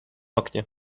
oknie